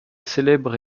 célèbre